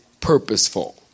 purposeful